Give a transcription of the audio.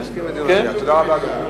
מסכים לדיון במליאה, תודה רבה.